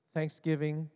Thanksgiving